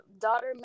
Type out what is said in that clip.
daughter